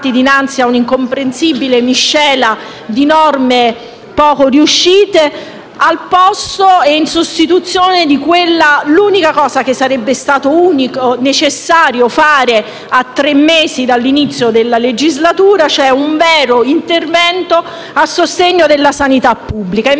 dinanzi a un'incomprensibile miscela di norme poco riuscite, al posto e in sostituzione di quello - l'unica - che sarebbe stato necessario adottare a tre mesi dalla fine della legislatura, cioè un vero intervento a sostegno della sanità pubblica. Invece,